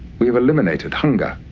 we've eliminated hunger,